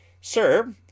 Sir